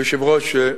היושב-ראש,